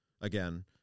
again